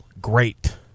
great